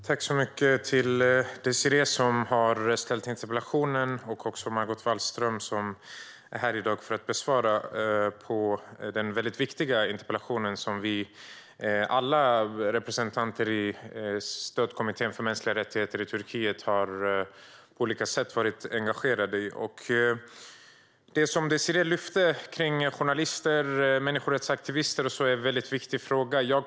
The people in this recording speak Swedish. Jag vill tacka Désirée som har ställt interpellationen. Jag vill också tacka Margot Wallström som är här i dag för att besvara den mycket viktiga interpellation som alla vi representanter i Svenska stödkommittén för mänskliga rättigheter i Turkiet på olika sätt har varit engagerade i. Det som Désirée lyfter upp när det gäller journalister och människorättsaktivister är en viktig fråga.